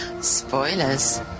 Spoilers